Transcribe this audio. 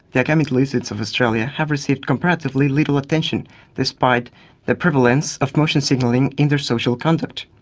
the agamid lizards of australia have received comparatively little attention despite the prevalence of motion signalling in their social conduct.